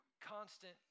constant